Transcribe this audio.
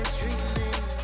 dreaming